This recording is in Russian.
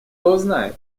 узнает